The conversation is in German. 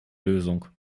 lösung